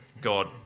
God